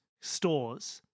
stores